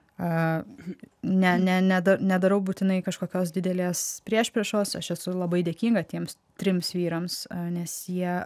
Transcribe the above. a ne ne nedanedarau būtinai kažkokios didelės priešpriešos aš esu labai dėkinga tiems trims vyrams nes jie